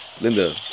Linda